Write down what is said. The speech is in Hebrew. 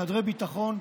חדרי ביטחון,